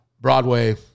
Broadway